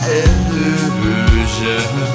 illusion